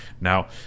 Now